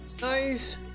Nice